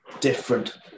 different